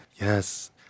Yes